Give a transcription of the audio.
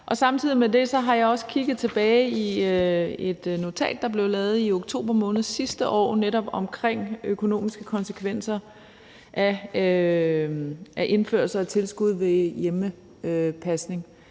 med det har jeg også kigget tilbage i et notat, der blev lavet i oktober måned sidste år, netop omkring økonomiske konsekvenser af indførelse af tilskud til hjemmepasning,